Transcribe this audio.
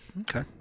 Okay